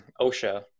OSHA